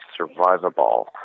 survivable